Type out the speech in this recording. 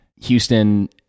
Houston